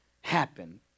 happen